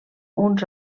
uns